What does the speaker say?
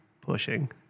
pushing